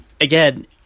again